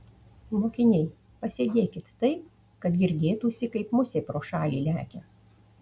mokiniai pasėdėkit taip kad girdėtųsi kaip musė pro šalį lekia